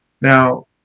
Now